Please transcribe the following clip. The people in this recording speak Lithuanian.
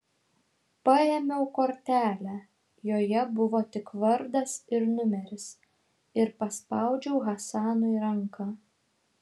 paėmiau kortelę joje buvo tik vardas ir numeris ir paspaudžiau hasanui ranką